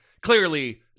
clearly